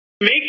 Make